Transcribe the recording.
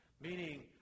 meaning